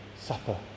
supper